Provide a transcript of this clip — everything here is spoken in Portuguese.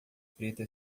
preta